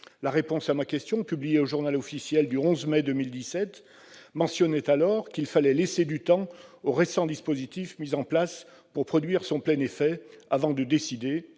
La réponse à ma question, publiée au du 11 mai 2017, mentionnait alors qu'il fallait laisser du temps au récent dispositif mis en place pour produire son plein effet, avant de décider,